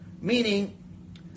Meaning